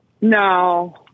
No